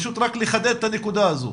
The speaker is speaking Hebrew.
פשוט רק לחדד את הנקודה הזאת,